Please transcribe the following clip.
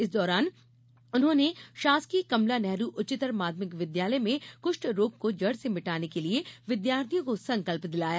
इस दौरान उन्होंने शासकीय कमला नेहरू उच्चतर माध्यमिक विद्यालय में कृष्ठ रोग को जड़ से मिटाने के लिए विद्यार्थियों को संकल्प दिलाया